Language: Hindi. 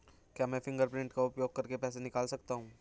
क्या मैं फ़िंगरप्रिंट का उपयोग करके पैसे निकाल सकता हूँ?